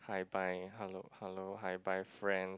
bye bye hello hello hi bye friends